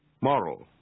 Moral